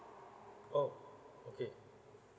oh okay